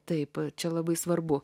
taip čia labai svarbu